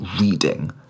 reading